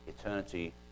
eternity